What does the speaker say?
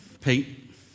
Pete